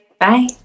Bye